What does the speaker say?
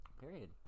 Period